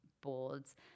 boards